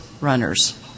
runners